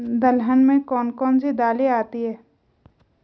दलहन में कौन कौन सी दालें आती हैं?